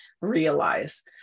realize